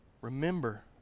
Remember